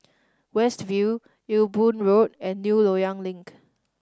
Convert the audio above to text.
West View Ewe Boon Road and New Loyang Link